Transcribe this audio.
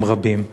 הם רבים.